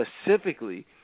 specifically